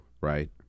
right